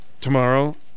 tomorrow